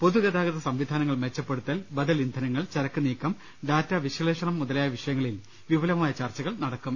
പൊതുഗതാഗത സംവിധാനങ്ങൾ മെച്ചപ്പെടുത്തൽ ബദൽ ഇന്ധനങ്ങൾ ചരക്ക് നീക്കം ഡാറ്റ വിശ്ലേഷണം മുതലായ വിഷയങ്ങളിൽ വിപുലമായ ചർച്ചകൾ നട ക്കും